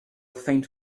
faint